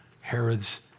Herod's